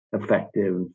effective